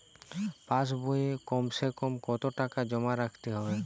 পাশ বইয়ে কমসেকম কত টাকা জমা রাখতে হবে?